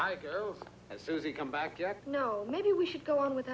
i've come back you know maybe we should go on with